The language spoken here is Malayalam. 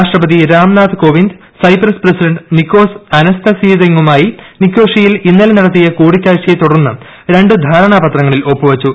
രാഷ്ട്രപതി രാംന്നുമ്പ് കോവിന്ദ് സൈപ്രസ് പ്രസിഡന്റ് നിക്കോസ് അനസ്തസീയിദ്ദെസുമായി നിക്കോഷ്യയിൽ ഇന്നലെ നടത്തിയ കൂടിക്കാഴ്ച്ചയെ ്തുടർന്ന് രണ്ടു ധാരണാപത്രങ്ങളിൽ ഒപ്പൂപ്പ്പു